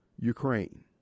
Ukraine